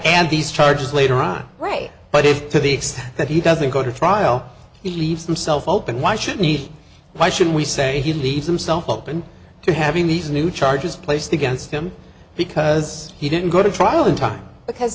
and these charges later on right but if to the extent that he doesn't go to trial he leaves himself open why should meet why should we say he leaves himself open to having these new charges placed against him because he didn't go to trial in time because